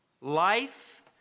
Life